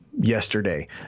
yesterday